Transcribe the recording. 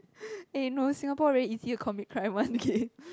eh no Singapore very easy to commit crime one okay